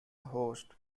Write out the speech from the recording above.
host